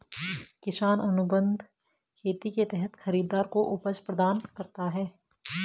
किसान अनुबंध खेती के तहत खरीदार को उपज प्रदान करता है